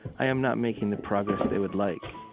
i am not making the progress they would like,